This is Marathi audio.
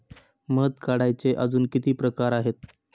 मध काढायचे अजून किती प्रकार आहेत?